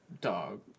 Dog